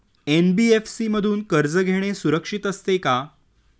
NBFC मधून कर्ज घेणे सुरक्षित असते का?